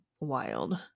wild